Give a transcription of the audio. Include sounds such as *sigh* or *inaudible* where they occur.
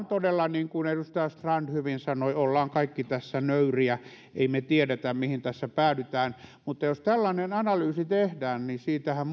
*unintelligible* todella niin kuin edustaja strand hyvin sanoi ollaan kaikki tässä nöyriä emme me tiedä mihin tässä päädytään mutta jos tällainen analyysi tehdään siitähän *unintelligible*